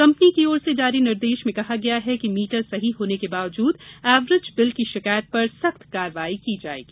company की ओर से जारी निर्देश में कहा गया है कि मीटर सही होने के बावजूद एवरेज बिल की शिकायत पर सख्त कार्यवाही की जायेगी